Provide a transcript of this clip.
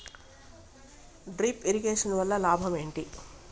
Drip irrigation వల్ల లాభం ఏంటి?